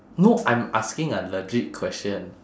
no I'm asking a legit question